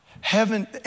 Heaven